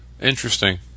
Interesting